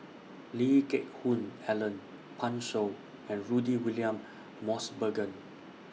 Lee Geck Hoon Ellen Pan Shou and Rudy William Mosbergen